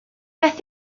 beth